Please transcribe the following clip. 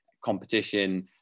competition